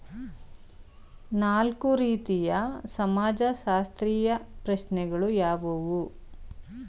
ನಾಲ್ಕು ರೀತಿಯ ಸಮಾಜಶಾಸ್ತ್ರೀಯ ಪ್ರಶ್ನೆಗಳು ಯಾವುವು?